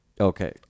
Okay